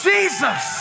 Jesus